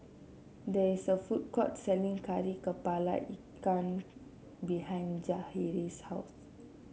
there is a food court selling Kari kepala Ikan behind Jahir's house